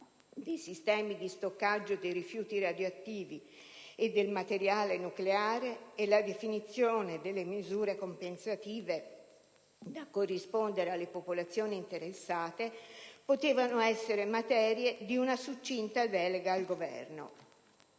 dei sistemi di stoccaggio dei rifiuti radioattivi e del materiale nucleare e la definizione delle misure compensative da corrispondere alle popolazioni interessate potevano essere materie di una succinta delega al Governo.